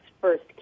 first